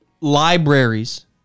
libraries